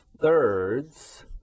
thirds